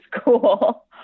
school